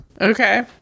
Okay